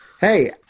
Hey